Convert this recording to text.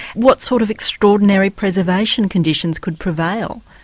what sort of extraordinary preservation conditions could prevail?